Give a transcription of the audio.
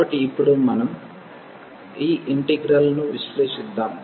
కాబట్టి ఇప్పుడు మనం ఈ ఇంటిగ్రల్ ను విశ్లేషిద్దాం